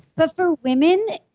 but for women,